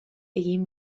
egin